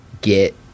Get